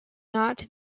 not